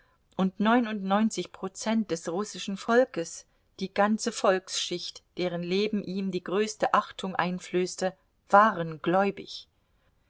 und neunundneunzig prozent des russischen volkes die ganze volksschicht deren leben ihm die größte achtung einflößte waren gläubig